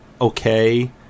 okay